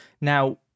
Now